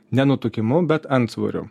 ne nutukimu bet antsvoriu